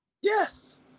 Yes